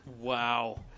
Wow